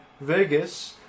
Vegas